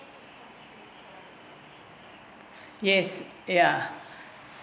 yes ya